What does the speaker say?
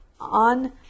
on